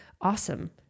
awesome